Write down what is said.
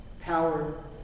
power